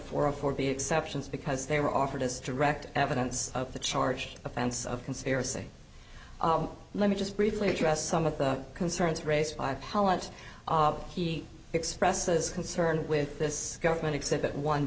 for a for the exceptions because they were offered as direct evidence of the charge offense of conspiracy let me just briefly address some of the concerns raised by how much he expresses concern with this government exhibit one